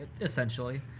essentially